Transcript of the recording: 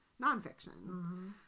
Nonfiction